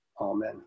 Amen